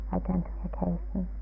identification